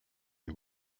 you